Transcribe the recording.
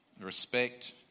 respect